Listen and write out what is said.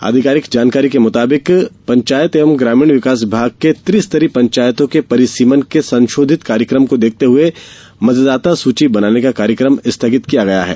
आधिकारिक जानकारी के अनुसार पंचायत एवं ग्रामीण विकास विभाग के त्रि स्तरीय पंचायतों के परिसीमन के संशोधित कार्यकम को देखते हुए मतदाता सूची बनाने का कार्यक्रम स्थगित किया गया है